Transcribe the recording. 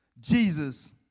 Jesus